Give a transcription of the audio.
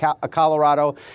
Colorado